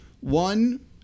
one